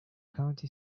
county